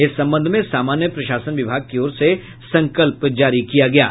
इस संबंध में सामान्य प्रशासन विभाग की ओर से संकल्प जारी किया गया है